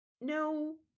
No